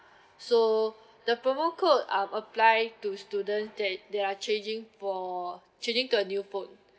so the promo code are apply to student that they are changing for changing to a new phone